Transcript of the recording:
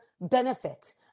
benefit